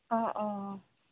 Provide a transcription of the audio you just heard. অঁ অঁ